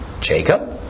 Jacob